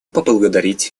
поблагодарить